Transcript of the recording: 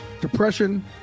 depression